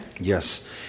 Yes